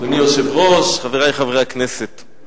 אדוני היושב-ראש, חברי חברי הכנסת,